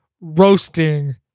roasting